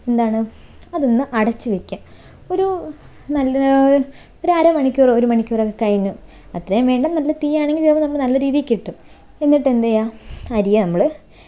എന്താണ് അതൊന്ന് അടച്ച് വയ്ക്കുക ഒരു നല്ല ഒരു അരമണിക്കൂർ ഒരു മണിക്കൂറൊക്കെ കഴിഞ്ഞ് അത്രയും വേണ്ട നല്ല തീയാണെങ്കിൽ ചോറ് നല്ല രീതിയിൽ കിട്ടും എന്നിട്ട് എന്ത് ചെയ്യുക അരി നമ്മൾ